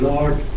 Lord